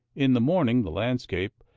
in the morning the landscape,